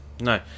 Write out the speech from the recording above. No